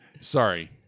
Sorry